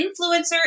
influencer